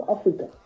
Africa